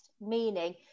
meaning